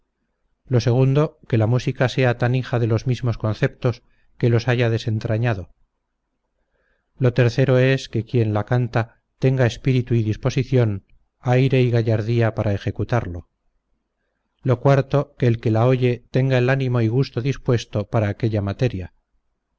lo segundo que la música sea tan hija de los mismos conceptos que los vaya desentrañando lo tercero es que quien la canta tenga espíritu y disposición aire y gallardía para ejecutarlo lo cuarto que el que la oye tenga el ánimo y gusto dispuesto para aquella materia